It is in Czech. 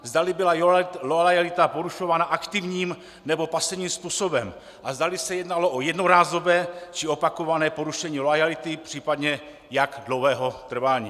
Zdali byla loajalita porušována aktivním, nebo pasivním způsobem a zdali se jednalo o jednorázové, či opakované porušení loajality, případně jak dlouhého trvání.